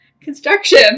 construction